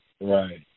Right